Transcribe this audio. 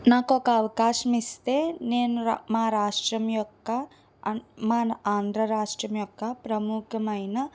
నాకు ఒక అవకాశం ఇస్తే నేను రా మా రాష్ట్రం యొక్క మన ఆంధ్ర రాష్ట్రం యొక్క ప్రముఖమైన